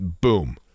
boom